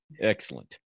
Excellent